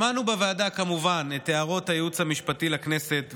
שמענו בוועדה כמובן את הערות הייעוץ המשפטי לכנסת,